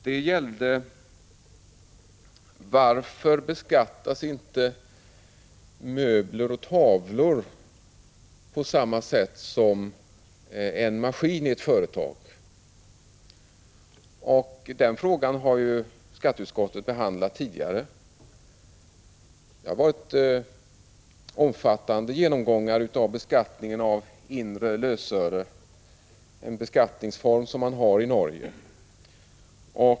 Den gällde varför möbler och tavlor inte beskattas på samma sätt som en maskin i ett företag. Den frågan har skatteutskottet behandlat tidigare. Utskottet har gjort omfattande genomgångar av beskattningen av inre lösöre, en beskattningsform som man har i Norge.